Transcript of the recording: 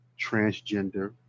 transgender